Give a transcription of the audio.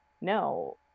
no